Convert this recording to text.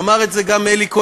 ואמר את זה גם אלי כהן,